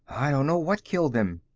i don't know what killed them.